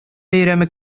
бәйрәме